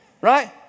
right